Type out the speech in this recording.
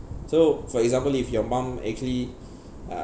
so for example if your mum actually uh